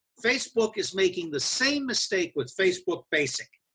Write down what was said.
facebook is making the same mistake with facebook basic.